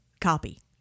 copy